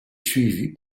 suivi